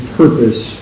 purpose